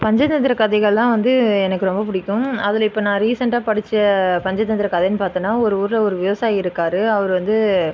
பஞ்சதந்திர கதைகள்லாம் வந்து எனக்கு ரொம்ப பிடிக்கும் அதில் இப்போ நான் ரீசன்ட்டாக படித்த பஞ்சதந்திர கதையினு பார்த்தோம்னா ஒரு ஊரில் ஒரு விவசாயி இருக்கார் அவர் வந்து